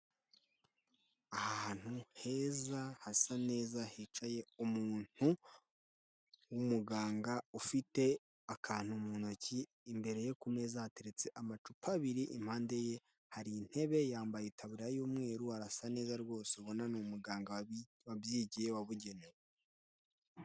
Ahantu heza, hasa neza hicaye umuntu w'umuganga ufite akantu mu ntoki, imbere ye ku meza hateretse amacupa abiri, impande ye hari intebe, yambaye itaburiya y'umweru, arasa neza rwose ubona ni umuganga wabyigiye, wabugenewe.